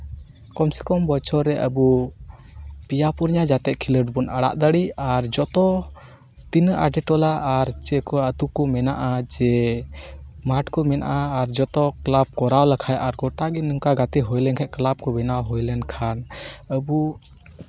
ᱠᱚᱢ ᱥᱮ ᱠᱚᱢ ᱵᱚᱪᱷᱚᱨ ᱨᱮ ᱟᱵᱚ ᱯᱮᱭᱟ ᱯᱩᱱᱭᱟᱹ ᱡᱟᱛᱮ ᱠᱷᱮᱞᱳᱰ ᱵᱚᱱ ᱟᱲᱟᱜ ᱫᱟᱲᱮᱜ ᱟᱨ ᱡᱚᱛᱚ ᱛᱤᱱᱟᱹᱜ ᱟᱛᱳᱼᱴᱚᱞᱟ ᱟᱨ ᱪᱮᱫ ᱠᱚ ᱟᱛᱳ ᱠᱚ ᱢᱮᱱᱟᱜᱼᱟ ᱡᱮ ᱢᱟᱴᱷ ᱠᱚ ᱢᱮᱱᱟᱜᱼᱟ ᱟᱨ ᱡᱚᱛᱚ ᱠᱞᱟᱵᱽ ᱠᱚᱨᱟᱣ ᱞᱮᱠᱷᱟᱡ ᱟᱨ ᱜᱚᱴᱟ ᱜᱮ ᱱᱚᱝᱠᱟ ᱜᱟᱛᱮ ᱦᱩᱭ ᱞᱮᱱᱠᱷᱟᱡ ᱠᱞᱟᱵᱽ ᱠᱚ ᱵᱮᱱᱟᱣ ᱦᱩᱭ ᱞᱮᱱᱠᱷᱟᱱ ᱟᱵᱩ